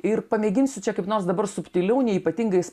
ir pamėginsiu čia kaip nors dabar subtiliau ne ypatingais